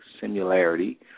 similarity